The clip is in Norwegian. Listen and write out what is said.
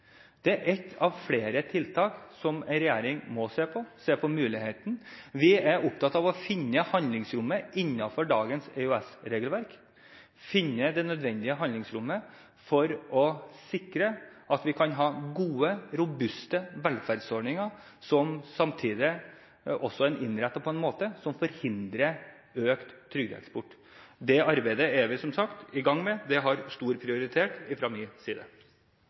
Det er ett av flere tiltak som regjeringen må se på muligheten for. Vi er opptatt av å finne det nødvendige handlingsrommet innenfor dagens EØS-regelverk for å sikre gode, robuste velferdsordninger som en samtidig innretter på en måte som forhindrer økt trygdeeksport. Det arbeidet er vi, som sagt, i gang med. Det har stor prioritet fra min side.